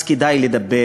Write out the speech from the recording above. אז כדאי לדבר